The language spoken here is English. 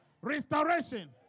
restoration